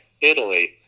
Italy